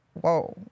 whoa